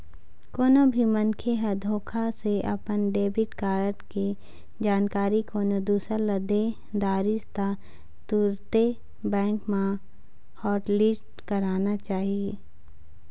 कोनो भी मनखे ह धोखा से अपन डेबिट कारड के जानकारी कोनो दूसर ल दे डरिस त तुरते बेंक म हॉटलिस्ट कराना चाही